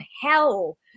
hell